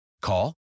Call